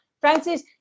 Francis